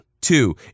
Two